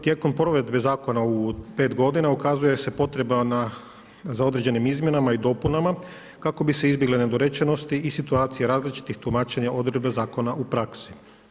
Tijekom provedbe zakona u 5 godina ukazuje se potreba za određenim izmjenama i dopunama, kako bi se izbjegle nedorečenosti i situacije različitih tumačenja odredbe zakona u praksi.